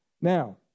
Now